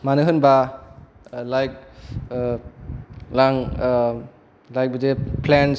मानो होनबा लाइक आं लाइक बिदि फ्लेनस